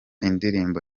indirimbo